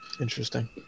Interesting